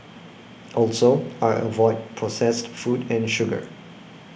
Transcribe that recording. also I avoid processed food and sugar